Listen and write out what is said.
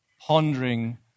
pondering